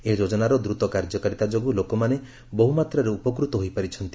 ଏହି ଯୋଜନାର ଦ୍ରତ କାର୍ଯ୍ୟକାରିତା ଯୋଗୁଁ ଲୋକମାନେ ବହୁମାତ୍ରାରେ ଉପକୃତ ହୋଇପାରିଛନ୍ତି